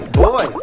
boy